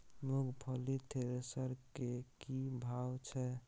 मूंगफली थ्रेसर के की भाव छै?